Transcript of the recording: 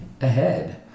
ahead